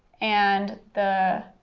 and the,